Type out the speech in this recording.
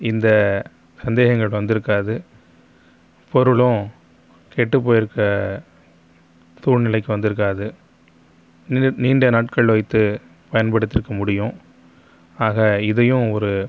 இந்த சந்தேகங்கள் வந்திருக்காது பொருளும் கெட்டுப்போயிருக்க சூழ்நிலைக்கு வந்திருக்காது நீ நீண்ட நாட்கள் வைத்து பயன்படுத்தியிருக்க முடியும் ஆக இதையும் ஒரு